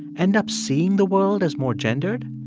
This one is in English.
end up seeing the world as more gendered?